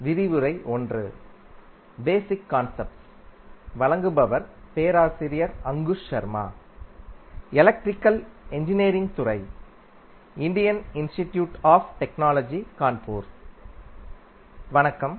வணக்கம்